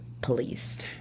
police